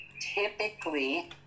typically